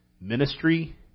ministry